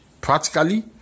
practically